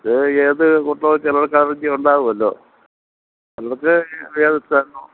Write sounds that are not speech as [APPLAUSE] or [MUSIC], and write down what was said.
അത് ഏത് കൂട്ടോ ചിലർക്കലർജിയുണ്ടാവോലോ ചിലർക്ക് ഏത് [UNINTELLIGIBLE]